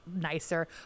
nicer